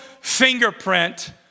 fingerprint